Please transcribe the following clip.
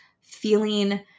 feeling